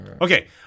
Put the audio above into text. Okay